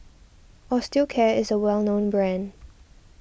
Osteocare is a well known brand